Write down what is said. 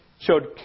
showed